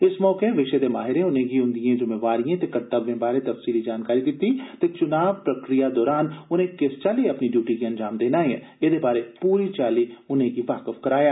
इस मौके विषय दे माहिरें उनेंगी उंदिएं जिम्मेवारिएं ते कर्तव्यें बारे तफसीली जानकारी दित्ती ते चुनाएं प्रक्रिया दरान उनें किश चाल्ली अपनी ड्यूटी गी अंजाम देना ऐ एहदे बारे पूरी चाल्ली उनेंगी वाकफ कराया